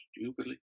stupidly